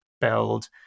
build